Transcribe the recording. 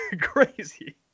Crazy